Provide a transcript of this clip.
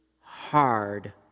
hard